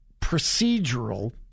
procedural